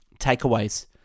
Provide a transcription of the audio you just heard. Takeaways